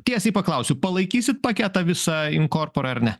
tiesiai paklausiu palaikysite paketą visa inkorpar ar ne